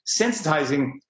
sensitizing